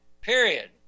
period